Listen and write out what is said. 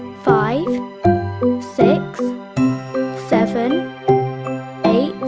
five six seven eight